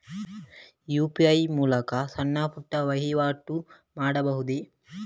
UPI ಮೂಲಕ ಸಣ್ಣ ಪುಟ್ಟ ವಹಿವಾಟು ಮಾಡಬಹುದೇ?